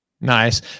nice